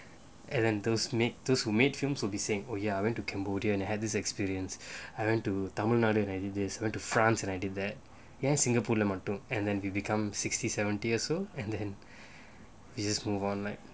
and rentals made those who made films will be saying oh ya I went to cambodia and had this experience I went to tamil nadu ninety days went to france and I did that ஏன்:yaen singapore leh மட்டும்:mattum and then we become sixty seventy years old and then we just move on like